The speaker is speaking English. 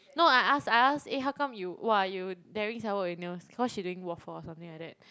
no I ask I ask eh how come you !wah! you daring sia work with nails cause she doing waffles or something like that